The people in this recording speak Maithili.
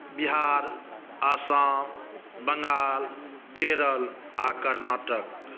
बिहार असम बंगाल केरल आओर कर्नाटक